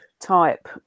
Type